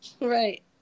Right